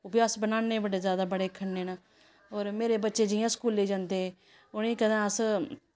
ओह् बी अस बनाने खन्ने न बड़े ज्यादा खन्ने न होर मेरे बच्चे जियां स्कूले जंदे उ'नेंई कदें अस